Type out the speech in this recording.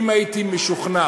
אם הייתי משוכנע